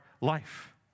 life